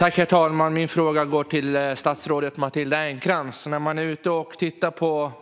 Herr talman! Min fråga går till statsrådet Matilda Ernkrans. När man är ute och tittar på